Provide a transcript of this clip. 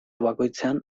bakoitzean